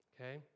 okay